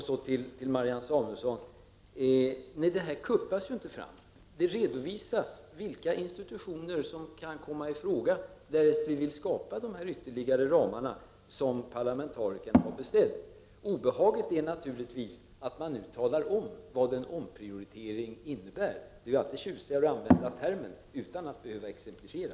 Så till Marianne Samuelsson: Nej, det här ”kuppas” inte fram — det redovisas vilka institutioner som kan komma i fråga, därest vi vill skapa de ytterligare ramar som parlamentarikerna har beställt. Obehaget är naturligtvis att man nu talar om vad en omprioritering innebär. Det är ju alltid tjusigare att använda termen utan att behöva exemplifiera.